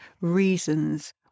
reasons